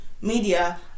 media